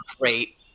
great